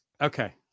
Okay